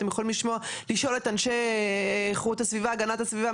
אתם יכולים לשאול את אנשי איכות הסביבה והגנת הסביבה,